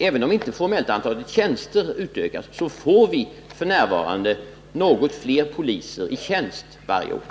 Även om antalet tjänster inte utökas, får vi något fler poliser i tjänst varje år.